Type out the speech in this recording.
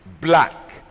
black